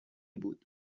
بود